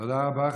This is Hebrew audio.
תודה רבה.